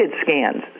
scans